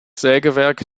sägewerk